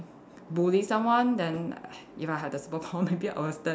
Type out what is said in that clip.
bully someone then if I have the superpower maybe I will stand up